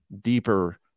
deeper